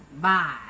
Bye